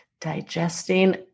digesting